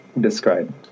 describe